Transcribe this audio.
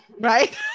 Right